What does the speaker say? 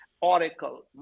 Oracle